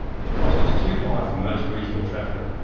the cost is too high for most regional traffic,